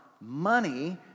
money